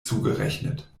zugerechnet